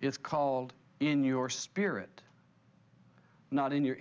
it's called in your spirit not in your